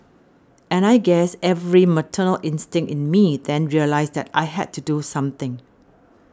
and I guess every maternal instinct in me then realised that I had to do something